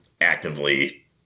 actively